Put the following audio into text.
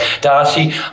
Darcy